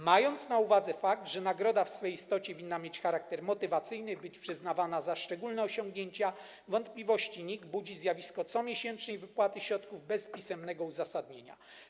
Mając na uwadze fakt, że nagroda w swej istocie winna mieć charakter motywacyjny i być przyznawana za szczególne osiągnięcia, wątpliwości NIK budzi zjawisko comiesięcznej wypłaty środków bez pisemnego uzasadnienia.